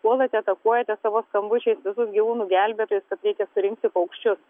puolate atakuojate savo skambučiais visus gyvūnų gelbėtojus kad reikia surinkti paukščius